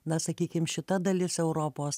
na sakykim šita dalis europos